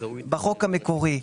בחוק המקורי,